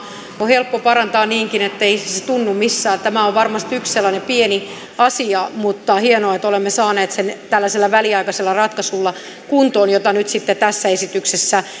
on helppo parantaa niinkin ettei se tunnu missään tämä on varmasti yksi sellainen pieni asia mutta hienoa että olemme saaneet sen kuntoon tällaisella väliaikaisella ratkaisulla jota nyt sitten tässä esityksessä